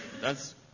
thats